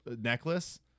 necklace